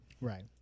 Right